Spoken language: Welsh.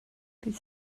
bydd